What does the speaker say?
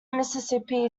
mississippi